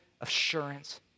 assurance